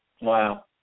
Wow